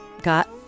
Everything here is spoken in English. got